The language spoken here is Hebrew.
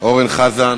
אורן חזן,